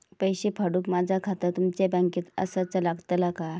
पैसे पाठुक माझा खाता तुमच्या बँकेत आसाचा लागताला काय?